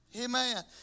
Amen